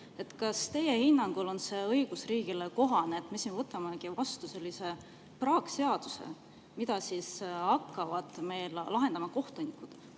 Kas teie hinnangul on see õigusriigile kohane, et me võtamegi vastu sellise praakseaduse, mida hakkavad lahendama kohtunikud?